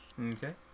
Okay